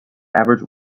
average